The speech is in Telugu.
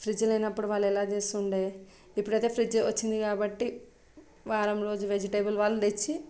ఫ్రిడ్జ్ లేనప్పుడు వాళ్ళు ఎలా చేస్తుండే ఇప్పుడైతే ఫ్రిడ్జ్ వచ్చింది కాబట్టి వారం రోజు వెజిటేబుల్ వాళ్ళు తెచ్చి